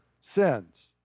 sins